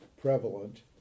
prevalent